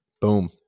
Boom